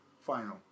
final